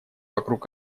вокруг